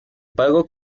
pago